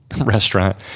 restaurant